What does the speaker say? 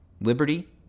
Liberty